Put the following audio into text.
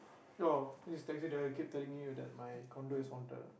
your this taxi driver keep telling me that my condo is haunted ah